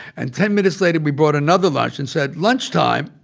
and ten minutes later, we brought another lunch and said, lunchtime.